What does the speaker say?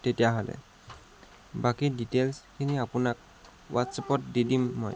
তেতিয়াহ'লে বাকী ডিটেইলচখিনি আপোনাক হোৱাটচাপত দি দিম মই